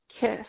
kiss